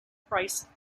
priced